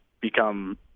become